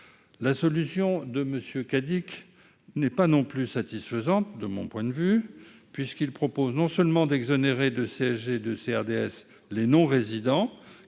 La solution de M. Cadic n'est pas non plus satisfaisante, puisqu'il propose non seulement d'exonérer de CSG et de CRDS les non-résidents